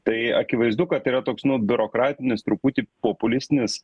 tai akivaizdu kad tai yra toks nu biurokratinis truputį populistinis